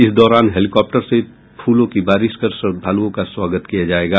इस दौरान हेल्किॉप्टर से फूलों की बारिश कर श्रद्धालुओं का स्वागत किया जायेगा